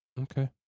Okay